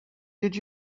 did